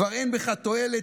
כבר אין בך תועלת.